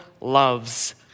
loves